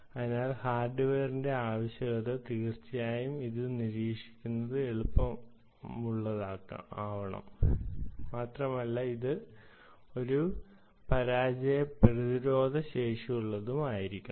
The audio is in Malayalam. ഇതാണ് ഹാർഡ്വെയറിന്റെ ആവശ്യകത തീർച്ചയായും ഇത് നിരീക്ഷിക്കുന്നത് എളുപ്പമുള്ളതാവണം മാത്രമല്ല ഇത് ഒരു പരാജയ പ്രതിരോധശേഷിയുള്ളതും ആയിരിക്കണം